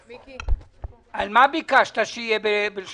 מה ביקשת שיהיה בלשון החוק?